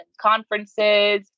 conferences